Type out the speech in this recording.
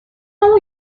اون